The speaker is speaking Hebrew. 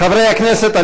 חברי הכנסת,